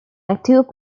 active